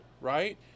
right